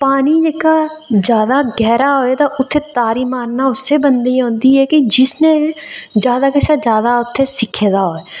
कि पानी जेह्का जादा गैह्रा होऐ ते उत्थै तारी मारना उस्सै बंदे गी औंदी ऐ जिसनै जादै कशा जादै उत्थै सिक्खे दा होऐ